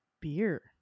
Beer